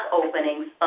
openings